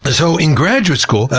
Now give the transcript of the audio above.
so in graduate school,